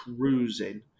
cruising